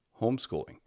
homeschooling